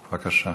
בבקשה.